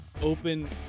open